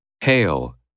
Hail